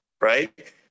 right